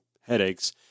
headaches